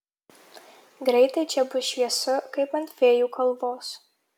greitai čia bus šviesu kaip ant fėjų kalvos